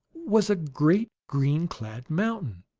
was a great green-clad mountain.